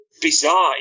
bizarre